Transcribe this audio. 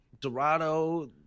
dorado